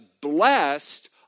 blessed